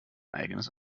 eigenes